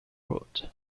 wood